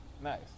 Nice